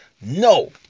no